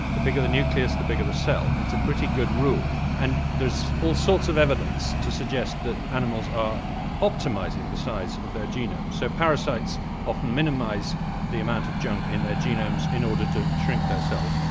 the bigger the nucleus the bigger the cell, it's a pretty good rule. and there's all sorts of evidence to suggest that animals are optimising the size of their genomes, so parasites often minimise the amount of junk in their genomes in order to shrink their cells.